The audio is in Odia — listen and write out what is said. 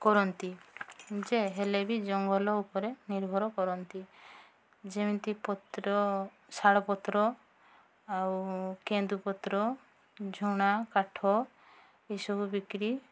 କରନ୍ତି ଯେ ହେଲେବି ଜଙ୍ଗଲ ଉପରେ ନିର୍ଭର କରନ୍ତି ଯେମିତି ପତ୍ର ଶାଳପତ୍ର ଆଉ କେନ୍ଦୁପତ୍ର ଝୁଣା କାଠ ଏସବୁ ବିକ୍ରି